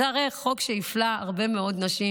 זה הרי החוק שהפלה הרבה מאוד נשים,